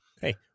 Hey